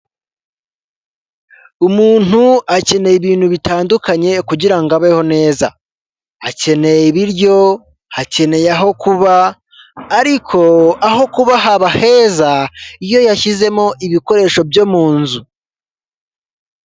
Umuntu akeneye ibintu bitandukanye kugirango abeho neza, akenewe ibiryo, akenewe aho kuba, ariko aho kuba haba heza iyo yashyizemo ibikoresho byo mu inzu.